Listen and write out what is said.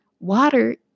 Water